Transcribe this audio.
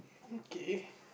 okay